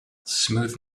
smooth